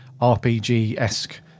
RPG-esque